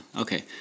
okay